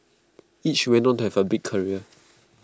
each went on to have A big career